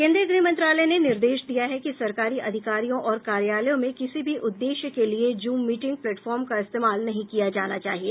केंद्रीय गृह मंत्रालय ने निर्देश दिया है कि सरकारी अधिकारियों और कार्यालयों में किसी भी उद्देश्य के लिए जूम मीटिंग प्लेटफॉर्म का इस्तेमाल नहीं किया जाना चाहिए